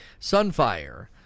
Sunfire